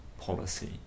policy